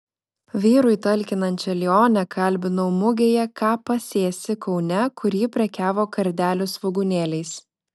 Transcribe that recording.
vyrui talkinančią lionę kalbinau mugėje ką pasėsi kaune kur ji prekiavo kardelių svogūnėliais